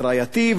את רעייתי,